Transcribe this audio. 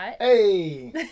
Hey